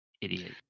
Idiot